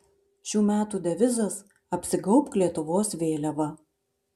šių metų devizas apsigaubk lietuvos vėliava